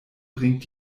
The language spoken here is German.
bringt